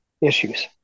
issues